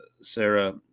Sarah